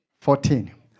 Fourteen